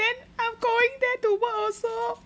then I'm going there to work also